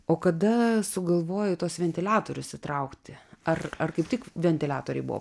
o kada sugalvojai tuos ventiliatorius įtraukti ar ar kaip tik ventiliatoriai buvo